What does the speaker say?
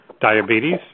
diabetes